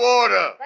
order